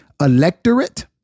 electorate